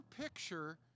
picture